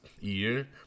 year